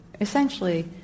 essentially